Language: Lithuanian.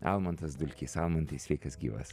almantas dulkys almantai sveikas gyvas